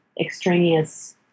extraneous